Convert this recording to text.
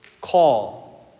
call